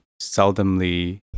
seldomly